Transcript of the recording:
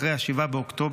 אחרי 7 באוקטובר,